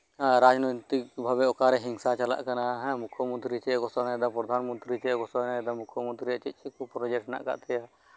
ᱟᱨ ᱨᱟᱡᱽᱱᱳᱭᱛᱤᱠ ᱵᱷᱟᱵᱮ ᱚᱠᱟᱨᱮ ᱦᱤᱝᱥᱟ ᱪᱟᱞᱟᱜ ᱠᱟᱱᱟ ᱦᱮᱸ ᱢᱩᱠᱠᱷᱚ ᱢᱚᱱᱛᱨᱤ ᱪᱮᱫ ᱮᱭ ᱜᱷᱳᱥᱚᱱᱟᱭ ᱫᱟ ᱯᱨᱚᱫᱷᱟᱱ ᱢᱚᱱᱛᱨᱤ ᱪᱮᱫ ᱮᱭ ᱜᱷᱳᱥᱚᱱᱟᱭ ᱫᱟ ᱢᱩᱠᱠᱷᱚ ᱢᱚᱱᱛᱨᱤᱭᱟᱜ ᱪᱮᱫᱼᱪᱮᱫ ᱠᱚ ᱯᱨᱚᱡᱮᱠᱴ ᱦᱮᱱᱟᱜ ᱟᱠᱟᱫ ᱛᱟᱭᱟ